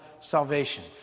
salvation